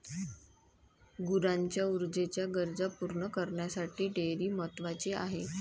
गुरांच्या ऊर्जेच्या गरजा पूर्ण करण्यासाठी डेअरी महत्वाची आहे